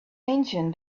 ancient